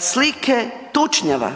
Slike tučnjava.